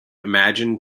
imagined